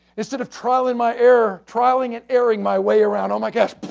instead of trialing my error, trialing an error in my way around, oh my gosh!